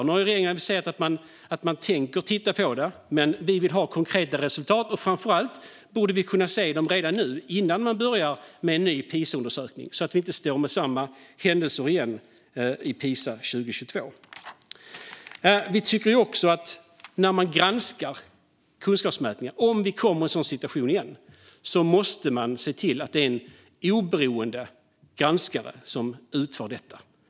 Nu har regeringen aviserat att man tänker titta på det. Men vi vill ha konkreta resultat. Och framför allt borde vi kunna se dem redan nu innan man börjar med en ny Pisaundersökning, så att vi inte står med samma händelser igen i Pisaundersökningen 2022. När man granskar kunskapsmätningar, om vi kommer i en sådan situation igen, måste man se till att det är en oberoende granskare som utför detta.